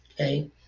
Okay